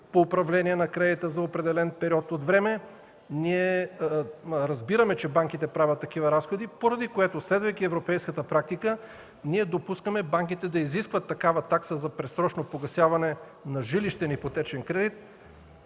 по управление на кредита за определен период от време. Разбираме, че банките правят такива разходи, поради което, следвайки европейската практика, допускаме банките да изискват такава такса за предсрочно погасяване на жилищен ипотечен кредит,